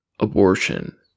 abortion